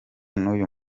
n’uyu